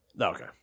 okay